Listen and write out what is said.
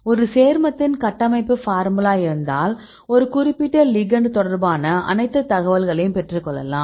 ஒரு சேர்மத்தின் கட்டமைப்பு பார்முலா இருந்தால் ஒரு குறிப்பிட்ட லிகெண்ட் தொடர்பான அனைத்து தகவல்களையும் பெற்றுக்கொள்ளலாம்